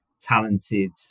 talented